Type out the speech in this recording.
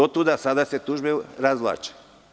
Otuda se sada tužbe razvlače.